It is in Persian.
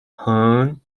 هان